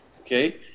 Okay